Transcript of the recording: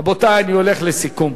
רבותי, אני הולך לסיכום.